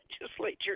legislature